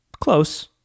close